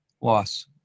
loss